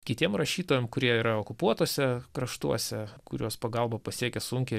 kitiem rašytojam kurie yra okupuotuose kraštuose kuriuos pagalba pasiekia sunkiai